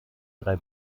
drei